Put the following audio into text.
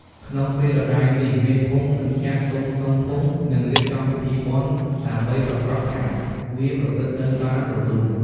ក្នុងពេលដដែលនេះ មេភូមិនិងចាស់ទុំក្នុងភូមិ នឹងរៀបចំពិធីបុណ្យដើម្បីប្រាកដថាវាប្រព្រឹត្តទៅបានរលូន។